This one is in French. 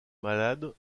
malade